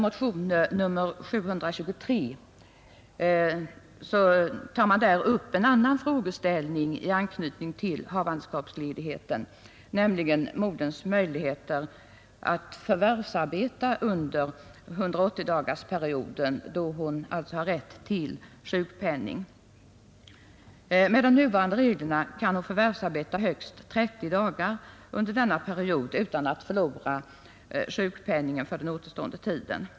Motionen 723 tar upp en annan frågeställning i anknytning till havandeskapsledigheten, nämligen moderns möjligheter att förvärvsarbeta under 180-dagarsperioden, då hon alltså har rätt till sjukpenning. Med nuvarande regler kan hon förvärvsarbeta högst 30 dagar under denna period utan att förlora sjukpenningen för den återstående tiden.